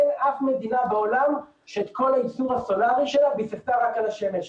אין אף מדינה בעולם שאת כל הייצור הסולרי שלה ביססה רק על השמש.